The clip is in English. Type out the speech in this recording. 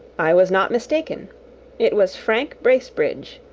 i was not mistaken it was frank bracebridge,